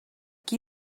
qui